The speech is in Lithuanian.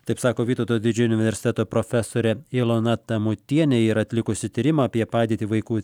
taip sako vytauto didžiojo universiteto profesorė ilona tamutienė yra atlikusi tyrimą apie padėtį vaikų